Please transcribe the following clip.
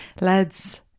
Lads